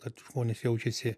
kad žmonės jaučiasi